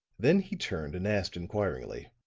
then he turned and asked inquiringly